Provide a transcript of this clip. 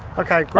okay, great.